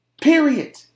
Period